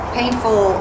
painful